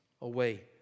away